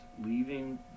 leaving